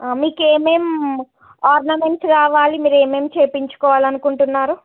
మీకు ఏమేం ఆర్నమెంట్స్ కావాలి మీరేమేమి చేయించుకోవాలనుకుంటున్నారు